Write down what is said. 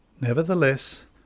Nevertheless